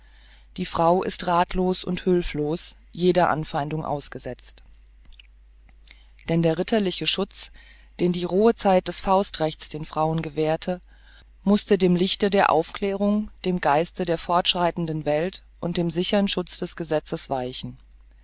die frau ist rathlos und hülflos jeder anfeindung ausgesetzt denn der ritterliche schutz den die rohe zeit des faustrechts den frauen gewährte mußte dem lichte der aufklärung dem geiste der fortschreitenden welt und dem sichern schutze des gesetzes weichen